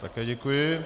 Také děkuji.